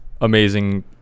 amazing